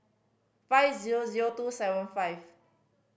five zero zero two seven five